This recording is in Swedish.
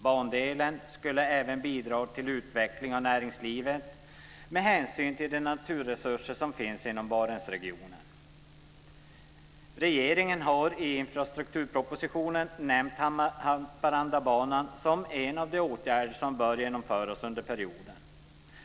Bandelen skulle även bidra till utveckling av näringslivet med hänsyn till de naturresurser som finns inom Barentsregionen. Regeringen har i infrastrukturpropositionen nämnt Haparandabanan som en av de åtgärder som bör genomföras under perioden.